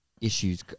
issues